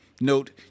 note